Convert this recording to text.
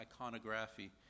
iconography